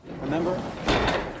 remember